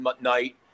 night